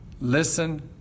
Listen